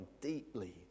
deeply